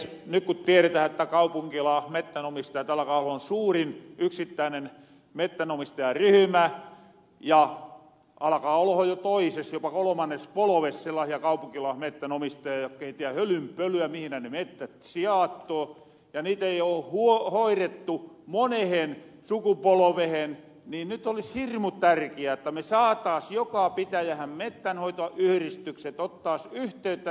ny ku tieretähän että kaupunkilaasmettänomistajat alkaa olla suurin yksittäinen mettänomistajaryhymä ja alakaa olohon jo toises jopa kolmannes polves sellaasia kapunkilaasmettänomistajia jokka ei tiedä hölynpölyä mihinä näitten mettät sijattoo joita ei oo hoirettu monehen sukupolovehen niin nyt olisi hirmu tärkiää että me saataas joka pitäjähän mettänhoitoyhristykset ne ottaas yhteyttä näihin kaupunkilaasmettänomistajihin